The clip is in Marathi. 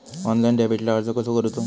ऑनलाइन डेबिटला अर्ज कसो करूचो?